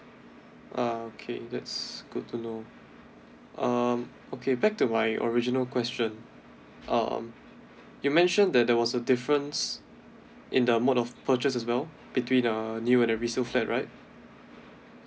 okay that's good to know um okay back to my original question um you mention that there was a difference in the mode of purchase as well between uh new and a resale flat right